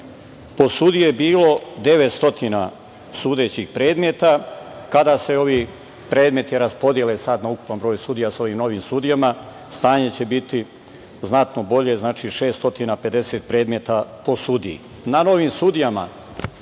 po sudiji je bilo 900 sudećih predmeta. Kada se ovi predmeti raspodele sada na ukupan broj sudija sa ovim novim sudijama stanje će biti znatno bolje. Znači, 650 predmeta po sudiji. Na